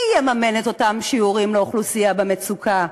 מי יממן את אותם שיעורים לאוכלוסייה במצוקה?